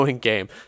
game